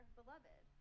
beloved